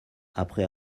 après